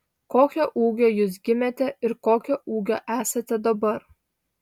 kokio ūgio jūs gimėte ir kokio ūgio esate dabar